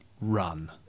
Run